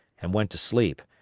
and went to sleep,